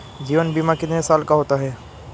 जीवन बीमा कितने साल का होता है?